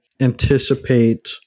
anticipate